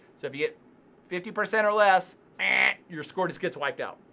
so if you get fifty percent or less and your score just gets wiped out.